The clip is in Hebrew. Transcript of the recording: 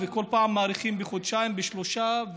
וכל פעם מאריכים בחודשיים ובשלושה,